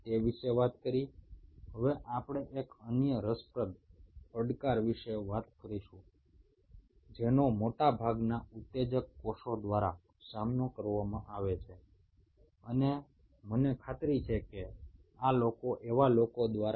এখন আমরা আরও একটি চ্যালেঞ্জের বিষয়ে আলোচনা করবো যা বেশিরভাগ উত্তেজনক্ষম কোষের ক্ষেত্রে দেখতে পাওয়া যায়